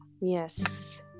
Yes